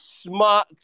smart